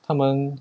他们